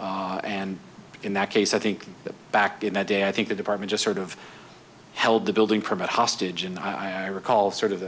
and in that case i think back to that day i think the department just sort of held the building permit hostage and i recall sort of